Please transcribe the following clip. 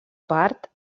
part